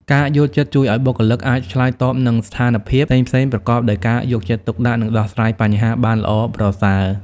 ការយល់ចិត្តជួយឱ្យបុគ្គលិកអាចឆ្លើយតបនឹងស្ថានភាពផ្សេងៗប្រកបដោយការយកចិត្តទុកដាក់ និងដោះស្រាយបញ្ហាបានល្អប្រសើរ។